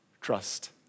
trust